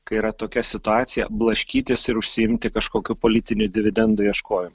kai yra tokia situacija blaškytis ir užsiimti kažkokiu politinių dividendų ieškojimu